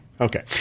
Okay